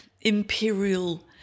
imperial